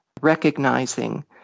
recognizing